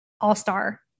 all-star